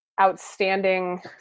outstanding